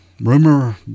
rumor